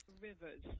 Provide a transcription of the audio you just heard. Rivers